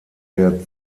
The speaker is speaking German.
der